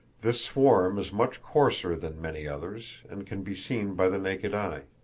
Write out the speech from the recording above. this swarm is much coarser than many others, and can be seen by the naked eye.